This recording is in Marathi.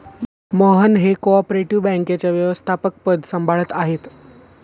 मोहन हे को ऑपरेटिव बँकेचे व्यवस्थापकपद सांभाळत आहेत